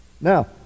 Now